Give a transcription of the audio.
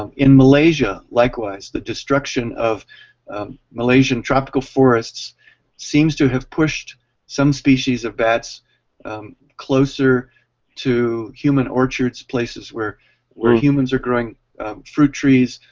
um in malaysia, likewise, the destruction of malaysian tropical forests seems to have pushed some species of bats closer to human orchards places where where humans are growing fruit trees,